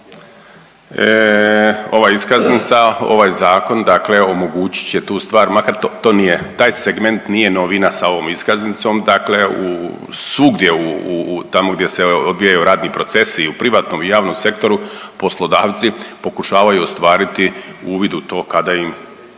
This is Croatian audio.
ovaj zakon dakle omogućit će tu stvar makar to nije, taj segment nije novina sa ovom iskaznicom, dakle svugdje tamo gdje se odvijaju radni procesi i u privatnom i u javnom sektoru poslodavci pokušavaju ostvariti uvid u to kada im